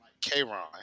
K-Ron